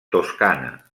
toscana